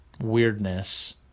weirdness